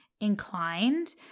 inclined